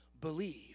believe